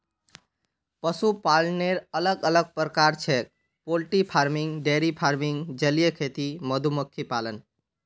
पशुपालनेर अलग अलग प्रकार छेक पोल्ट्री फार्मिंग, डेयरी फार्मिंग, जलीय खेती, मधुमक्खी पालन